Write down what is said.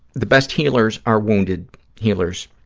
the best healers are wounded healers,